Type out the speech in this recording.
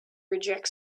reject